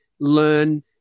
learn